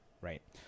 right